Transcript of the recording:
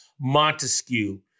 Montesquieu